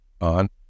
on